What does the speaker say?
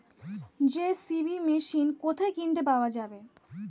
JCB machine কোথায় কিনতে পাওয়া যাবে?